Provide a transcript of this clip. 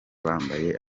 bambaye